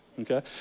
okay